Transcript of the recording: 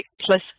plus